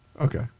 Okay